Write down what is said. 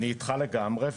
אני איתך לגמרי,